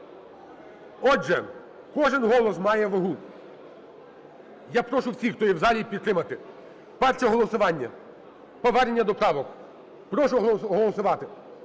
Отже, кожен голос має вагу. Я прошу всіх, хто є в залі, підтримати. Перше голосування, повернення до правок. Прошу голосувати,